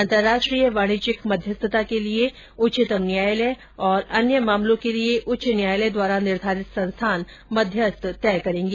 अंतरराष्ट्रीय वाणिज्यिक मध्यस्थता के लिए उच्चतम न्यायालय और अन्य मामलों के लिए उच्च न्यायालय द्वारा निर्धारित संस्थान मध्यस्थ तय करेंगे